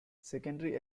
secondary